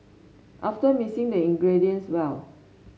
after mixing the ingredients well